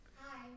hi